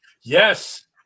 Yes